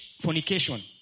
fornication